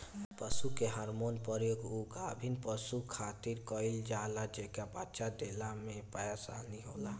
पशु के हार्मोन के प्रयोग उ गाभिन पशु खातिर कईल जाला जेके बच्चा देला में परेशानी बाटे